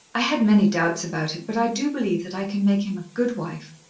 i had many doubts about it, but i do believe that i can make him a good wife.